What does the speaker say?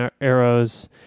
arrows